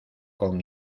con